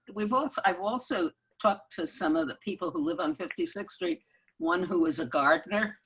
we've also i've also talked to some of the people who live on fifty six street one who was a gardener.